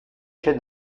się